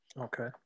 Okay